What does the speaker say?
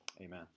amen